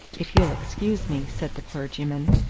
if you'll excuse me, said the clergyman,